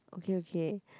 okay okay